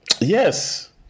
Yes